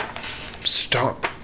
stop